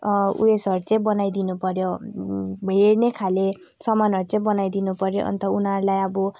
उयेसहरू चाहिँ बनाइदिनु पऱ्यो हेर्नेखाले सामानहरू चाहिँ बनाइदिनु पऱ्यो अन्त उनीहरूलाई अब